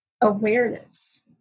awareness